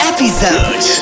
Episode